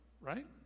right